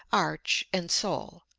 arch and sole,